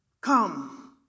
come